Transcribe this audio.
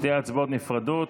שתי הצבעות נפרדות: